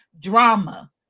drama